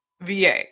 VA